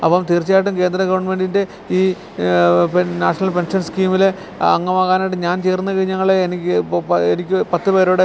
അപ്പം തീർച്ചയായിട്ടും കേന്ദ്ര ഗവൺമെൻ്റിൻ്റെ ഈ പിന്നെ നാഷണൽ പെൻഷൻ സ്കീമിലെ അംഗമാകാനായിട്ട് ഞാൻ ചേർന്നു കഴിഞ്ഞാലെ എനിക്ക് എനിക്ക് പത്ത് പേരോട്